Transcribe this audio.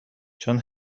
چون